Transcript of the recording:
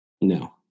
No